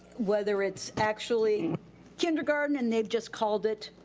whether it's actually kindergarten and they've just called it.